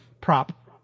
prop